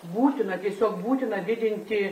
būtina tiesiog būtina didinti